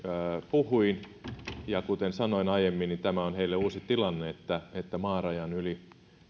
puhuin kuten sanoin aiemmin tämä on heille uusi tilanne se että maarajan yli